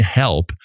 help